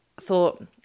thought